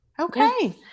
Okay